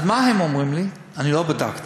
אז מה הם אומרים לי אני לא בדקתי,